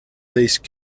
these